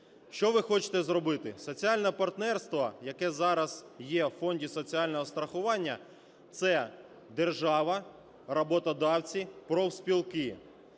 Що ви хочете зробити? Соціальне партнерство, яке зараз є у Фонді соціального страхування, – це держава, роботодавці, профспілки.